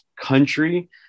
country